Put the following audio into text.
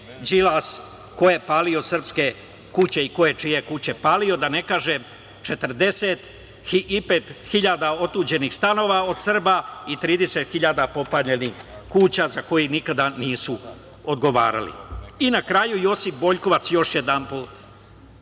ko je palio srpske kuće i ko je čije kuće palio, da ne kažem 45 hiljada otuđenih stanova od Srba i 30 hiljada popaljenih kuća, za koje nikada nisu odgovarali. Na kraju, Josip Boljkovac, još jedanput,